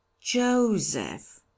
Joseph